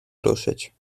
ruszyć